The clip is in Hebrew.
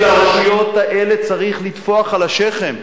כי לרשויות האלה צריך לטפוח על השכם.